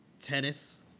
tennis